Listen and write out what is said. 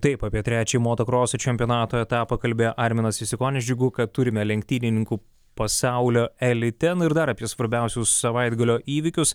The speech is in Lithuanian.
taip apie trečiąjį motokroso čempionato etapą kalbėjo arminas jasikonis džiugu kad turime lenktynininkų pasaulio elite nu ir dar apie svarbiausius savaitgalio įvykius